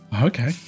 Okay